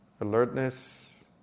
alertness